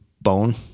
bone